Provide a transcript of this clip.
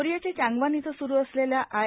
कोरियाच्या चांगवन इथं सुरू असलेल्या आय